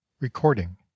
recording